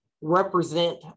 represent